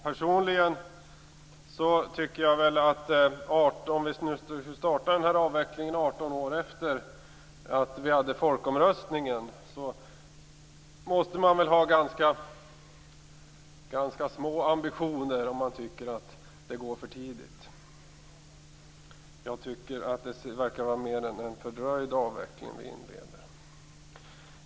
Personligen tycker jag att det är att ha ganska låga ambitioner om man tycker att det är för tidigt att starta avvecklingen 18 år efter folkomröstningen. Jag tycker att det mer verkar vara en fördröjd avveckling vi inleder.